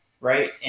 right